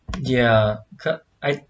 ya I